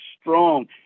strong